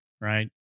Right